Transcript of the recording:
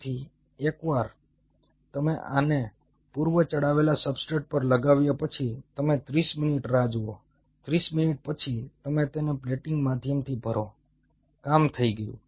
તેથી એકવાર તમે આને પૂર્વ ચડાવેલા સબસ્ટ્રેટ પર લગાવ્યા પછી તમે 30 મિનિટ રાહ જુઓ 30 મિનિટ પછી તમે તેને પ્લેટિંગ માધ્યમથી ભરો કામ થઈ ગયું